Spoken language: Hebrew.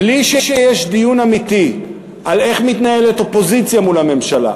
בלי לקיים דיון אמיתי בשאלה איך אופוזיציה מתנהלת מול הממשלה,